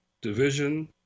division